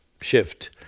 shift